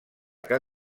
que